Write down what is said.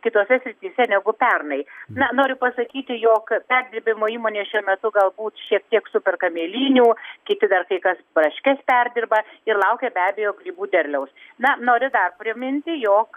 kitose srityse negu pernai na noriu pasakyti jog perdirbimo įmonės šiuo metu galbūt šiek tiek superka mėlynių kiti dar kai kas braškes perdirba ir laukia be abejo grybų derliaus na noriu dar priminti jog